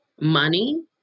money